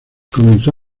comenzó